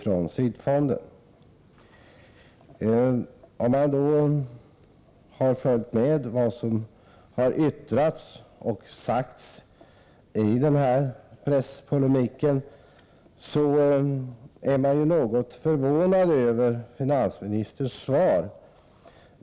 Den som följt polemiken i pressen och läst vad som yttrats i frågan blir något förvånad över finansministerns svar.